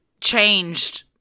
changed